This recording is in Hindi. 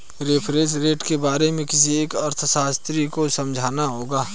रेफरेंस रेट के बारे में किसी अर्थशास्त्री से समझना होगा